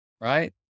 right